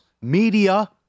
media